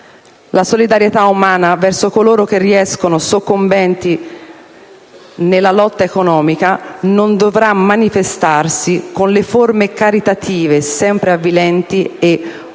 «La solidarietà umana verso coloro che riescono soccombenti nella lotta economica, non dovrà manifestarsi con le forme caritative sempre avvilenti e